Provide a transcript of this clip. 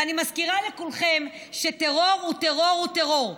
ואני מזכירה לכולכם שטרור הוא טרור הוא טרור,